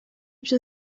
byo